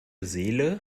seele